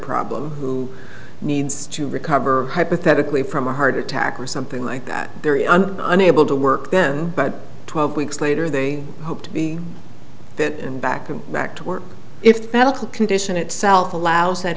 problem who needs to recover hypothetically from a heart attack or something like that unable to work then but twelve weeks later they hope to be that and back and back to work if the medical condition itself allows that